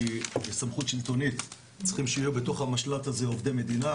כי בסמכות שלטונית צריכים שיהיו בתוך המשל"ט הזה עובדי מדינה,